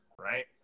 right